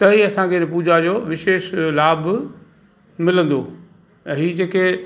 त ई असांखे पूॼा जो विशेष लाभ मिलंदो त ई जे के